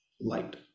light